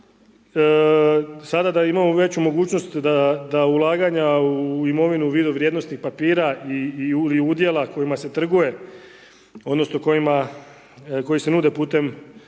sada imamo veću mogućnost da ulaganja u imovinu u vidu vrijednosnih papira i udjela kojima se trguje, odnosno kojima, koji se nude putem